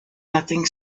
nothing